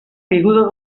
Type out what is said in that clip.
caiguda